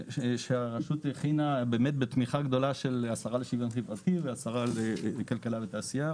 שהרשות הכינה בתמיכה גדולה של השרה לשוויון חברתי והשרה לכלכלה ותעשייה,